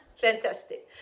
Fantastic